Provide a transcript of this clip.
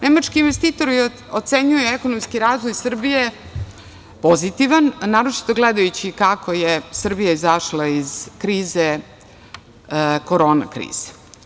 Nemački investitori ocenjuju ekonomski razvoj Srbije pozitivan, naročito gledajući kako je Srbija izašla iz korona krize.